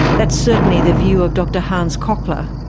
that's certainly the view of dr hans kochler.